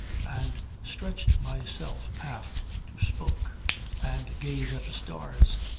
and stretched myself aft, to smoke and gaze at the stars.